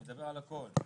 הוא מדבר על הכול.